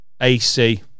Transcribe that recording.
AC